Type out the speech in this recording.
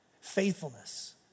faithfulness